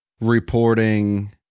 reporting